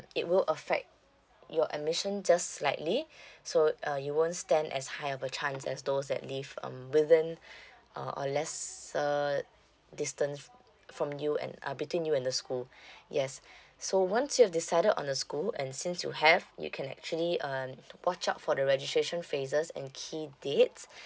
it will affect your admission just slightly so uh you won't stand as high of a chance than those that live um within uh or less so uh distance from you and uh between you and the school yes so once you've decided on the school and since you have you can actually um watch out for the registration phases and key dates